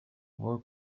work